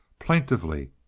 plaintively,